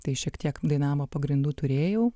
tai šiek tiek dainavimo pagrindų turėjau